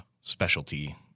specialty